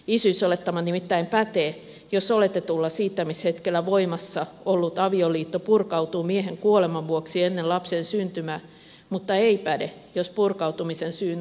isyysolettama nimittäin pätee jos oletetulla siittämishetkellä voimassa ollut avioliitto purkautuu miehen kuoleman vuoksi ennen lapsen syntymää mutta ei päde jos purkautumisen syynä on avioero